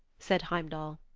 said heimdall.